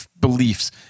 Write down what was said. beliefs